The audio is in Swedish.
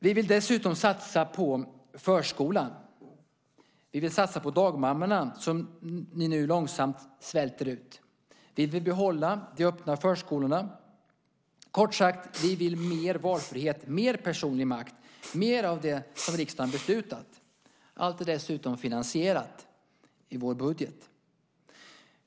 Vi vill dessutom satsa på förskolan. Vi vill satsa på dagmammorna, som ni nu långsamt svälter ut. Vi vill behålla de öppna förskolorna. Kort sagt: Vi vill ge mer valfrihet och mer personlig makt - mer av det som riksdagen beslutat om. Allt är dessutom finansierat i vår budget.